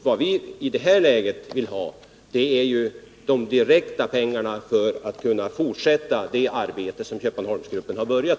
Vad vi i detta läge vill ha är direkta anslag för att Köpmanholmsgruppen skall kunna fortsätta det arbete som den påbörjat.